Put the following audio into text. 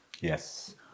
yes